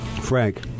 Frank